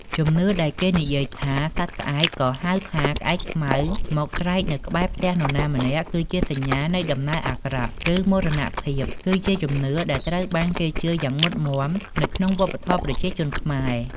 ជំនឿដែលគេនិយាយថា សត្វក្អែកក៏ហៅថា ក្អែកខ្មៅមកស្រែកនៅក្បែរផ្ទះនរណាម្នាក់ គឺជាសញ្ញានៃដំណឹងអាក្រក់ ឬមរណភាព គឺជាជំនឿដែលត្រូវបានគេជឿយ៉ាងមុតមាំនៅក្នុងវប្បធម៌ប្រជាជនខ្មែរ។